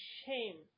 shame